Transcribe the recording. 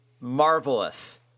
marvelous